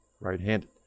right-handed